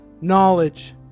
Knowledge